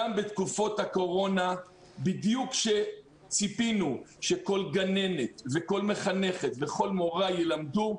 גם בתקופות הקורונה בדיוק כשציפינו שכל גננת וכל מחנכת וכל מורה ילמדו,